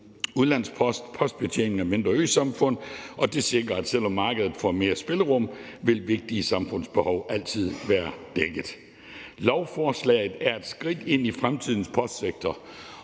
udenlandsk post og postbetjening af mindre øsamfund, og det sikrer, at selv om markedet får mere spillerum, vil vigtige samfundsbehov altid være dækket. Lovforslaget er et skridt ind i fremtidens postsektor,